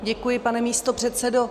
Děkuji, pane místopředsedo.